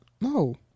No